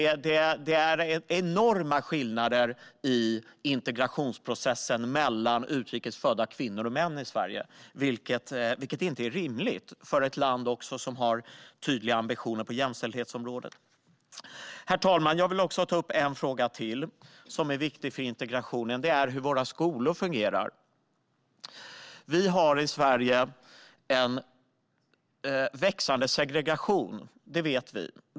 Det är enorma skillnader i integrationsprocessen mellan utrikes födda kvinnor och män i Sverige, vilket inte är rimligt för ett land som har tydliga ambitioner på jämställdhetsområdet. Herr talman! Jag vill ta upp ännu en fråga som är viktig för integrationen, nämligen hur våra skolor fungerar. Vi har i Sverige en växande segregation - det vet vi.